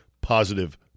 positive